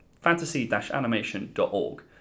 fantasy-animation.org